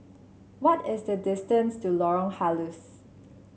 what is the distance to Lorong Halus